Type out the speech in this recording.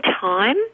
time